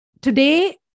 today